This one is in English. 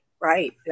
right